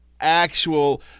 actual